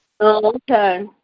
Okay